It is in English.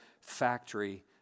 factory